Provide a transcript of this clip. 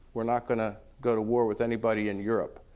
we're not going to go to war with anybody in europe,